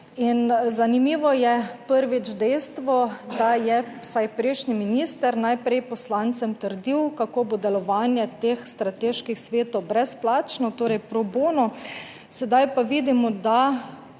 zanimivo je, prvič, dejstvo, da je vsaj prejšnji minister najprej poslancem trdil kako bo delovanje teh strateških svetov brezplačno, torej probono, sedaj pa vidimo, da